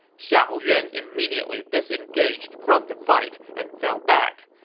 xiahou yuan immediately disengaged from the fight and fell back.